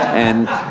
and